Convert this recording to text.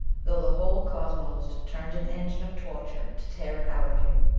though the whole cosmos turned an engine of torture to tear it out of you.